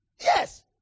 Yes